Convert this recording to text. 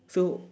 so